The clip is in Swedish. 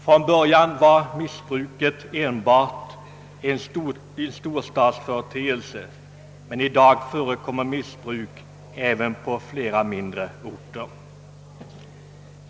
Från början var missbruket enbart en storstadsföreteelse, men i dag förekommer missbruk även på flera mindre orter.